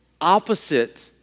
opposite